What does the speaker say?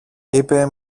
είπε